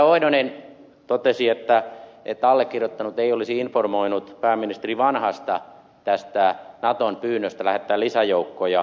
oinonen totesi että allekirjoittanut ei olisi informoinut pääministeri vanhasta tästä naton pyynnöstä lähettää lisäjoukkoja